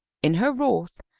in her wrath,